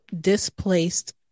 displaced